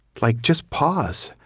like just pause.